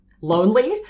lonely